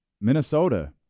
Minnesota